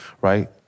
right